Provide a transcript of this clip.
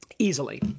easily